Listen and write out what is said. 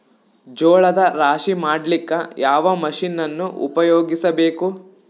ಜೋಳದ ರಾಶಿ ಮಾಡ್ಲಿಕ್ಕ ಯಾವ ಮಷೀನನ್ನು ಉಪಯೋಗಿಸಬೇಕು?